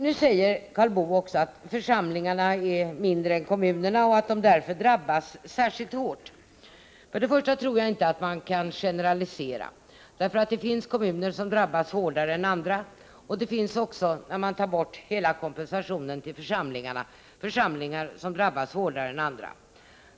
Nu säger Karl Boo också att församlingarna är mindre än kommunerna och att de därför drabbas särskilt hårt. Men jag tror inte att man kan generalisera. Det finns kommuner som drabbas hårdare än andra och det finns även, när man tar bort hela kompensationen till församlingarna, församlingar som drabbas hårdare än andra.